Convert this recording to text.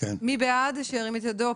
מי בעד שירים את ידו.